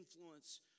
influence